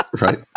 right